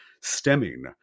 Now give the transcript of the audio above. stemming